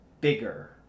bigger